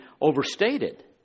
overstated